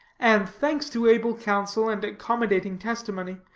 and, thanks to able counsel and accommodating testimony,